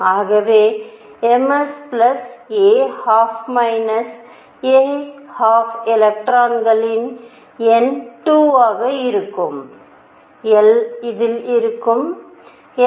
ஆகவே ms plus a half minus a half எலக்ட்ரான்களின் எண் 2 ஆக இருக்கும் l இதில் இருக்கும் l 1